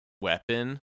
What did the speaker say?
weapon